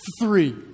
three